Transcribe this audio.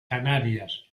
canarias